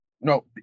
No